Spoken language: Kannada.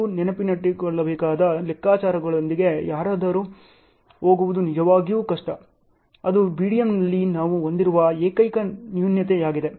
ನೀವು ನೆನಪಿನಲ್ಲಿಟ್ಟುಕೊಳ್ಳಬೇಕಾದ ಲೆಕ್ಕಾಚಾರಗಳೊಂದಿಗೆ ಯಾರಾದರೂ ಹೋಗುವುದು ನಿಜವಾಗಿಯೂ ಕಷ್ಟ ಅದು BDM ನಲ್ಲಿ ನಾವು ಹೊಂದಿರುವ ಏಕೈಕ ನ್ಯೂನತೆಯಾಗಿದೆ